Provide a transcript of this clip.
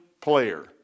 player